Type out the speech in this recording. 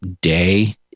day